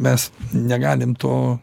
mes negalim to